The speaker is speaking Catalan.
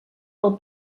del